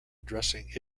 addressing